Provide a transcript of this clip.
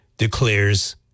declares